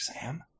Sam